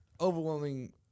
Overwhelming